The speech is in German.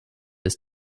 ist